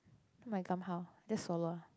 then my gum how just swallow ah